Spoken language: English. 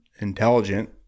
intelligent